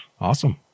Awesome